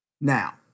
Now